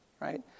right